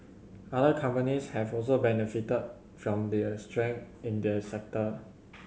other companies have also benefited from the strength in the sector